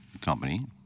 company